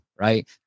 right